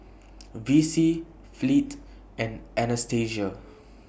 Vicy Fleet and Anastasia